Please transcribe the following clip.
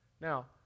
Now